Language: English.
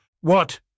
What